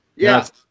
Yes